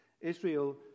Israel